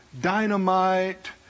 dynamite